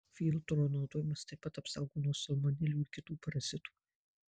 filtro naudojimas taip pat apsaugo nuo salmonelių ir kitų parazitų